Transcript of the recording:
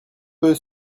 peu